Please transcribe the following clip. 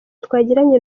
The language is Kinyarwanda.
twagiranye